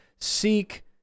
seek